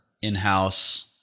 In-house